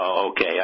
Okay